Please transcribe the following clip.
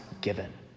given